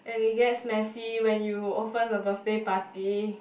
and it gets messy when you open a birthday party